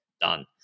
done